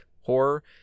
horror